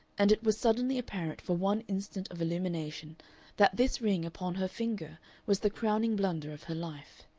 and it was suddenly apparent for one instant of illumination that this ring upon her finger was the crowning blunder of her life.